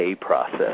process